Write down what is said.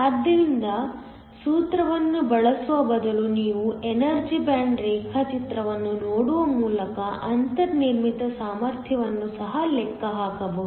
ಆದ್ದರಿಂದ ಸೂತ್ರವನ್ನು ಬಳಸುವ ಬದಲು ನೀವು ಎನರ್ಜಿ ಬ್ಯಾಂಡ್ ರೇಖಾಚಿತ್ರವನ್ನು ನೋಡುವ ಮೂಲಕ ಅಂತರ್ನಿರ್ಮಿತ ಸಾಮರ್ಥ್ಯವನ್ನು ಸಹ ಲೆಕ್ಕ ಹಾಕಬಹುದು